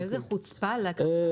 איזו חוצפה להגיד דבר כזה.